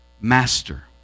master